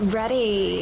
ready